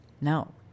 No